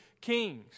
kings